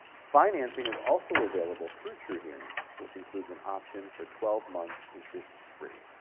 financing is also available through truhearing, which includes an option for twelve months interest free.